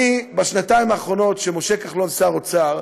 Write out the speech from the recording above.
בשנתיים האחרונות שמשה כחלון שר האוצר,